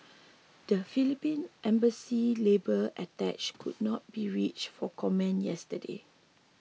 the Philippine Embassy's labour attache could not be reach for comment yesterday